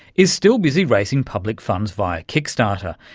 is still busy raising public funds via kickstarter,